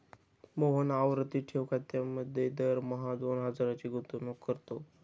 मोहन आवर्ती ठेव खात्यात दरमहा दोन हजारांची गुंतवणूक करतो